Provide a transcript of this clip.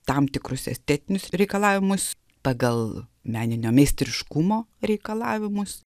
tam tikrus estetinius reikalavimus pagal meninio meistriškumo reikalavimus